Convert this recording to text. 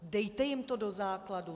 Dejte jim to do základu.